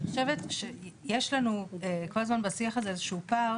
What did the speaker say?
אני חושבת שיש לנו כל הזמן בשיח הזה איזה שהוא פער